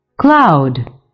Cloud